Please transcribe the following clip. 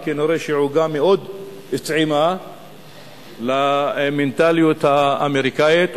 וכנראה עוגה מאוד טעימה למנטליות האמריקנית,